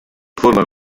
forma